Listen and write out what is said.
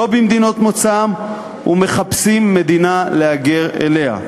לא במדינות מוצאם, ומחפשים מדינה להגר אליה.